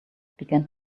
began